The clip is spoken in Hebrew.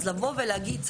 אז ולבוא ולהגיד,